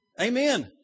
Amen